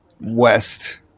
west